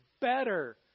better